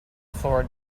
floor